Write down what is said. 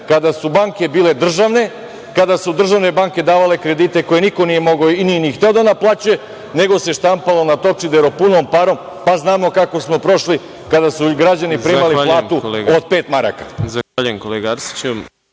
kada su banke bile državne, kada su državne banke davale kredite koje niko nije mogao i nije ni hteo da naplaćuje, nego ste štampalo na Topčideru punom parom, pa znamo kako smo prošli kada su građani primali platu od pet maraka.